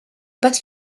pas